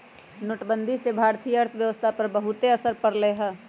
नोटबंदी से भारतीय अर्थव्यवस्था पर बहुत असर पड़ लय